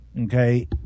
okay